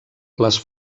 les